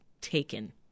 taken